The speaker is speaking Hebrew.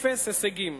אפס הישגים.